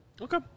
Okay